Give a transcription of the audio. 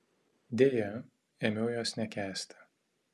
deja ėmiau jos nekęsti